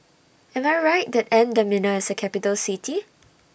Am I Right that N'Djamena IS A Capital City